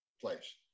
place